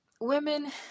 Women